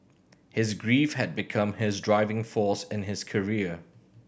his grief had become his driving force in his career